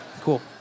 cool